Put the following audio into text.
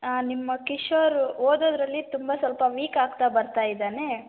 ಆಂ ನಿಮ್ಮ ಕಿಶೋರ್ ಓದೋದರಲ್ಲಿ ತುಂಬ ಸ್ವಲ್ಪ ವೀಕ್ ಆಗ್ತಾ ಬರ್ತಾ ಇದ್ದಾನೆ